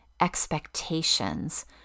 expectations